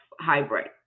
hybrid